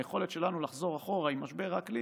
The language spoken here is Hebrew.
היכולת שלנו לחזור אחורה עם משבר האקלים